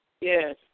Yes